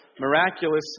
miraculous